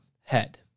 head